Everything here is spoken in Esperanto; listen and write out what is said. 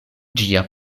ĝia